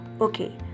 okay